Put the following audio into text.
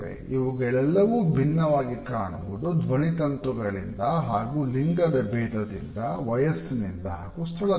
ಇವುಗಳೆಲ್ಲವೂ ಭಿನ್ನವಾಗಿ ಕಾಣುವುದು ಧ್ವನಿ ತಂತುಗಳಿಂದ ಹಾಗು ಲಿಂಗದ ಭೇದದಿಂದ ವಯಸ್ಸಿನಿಂದ ಹಾಗು ಸ್ಥಳದಿಂದ